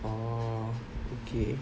orh okay